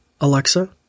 Alexa